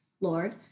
lord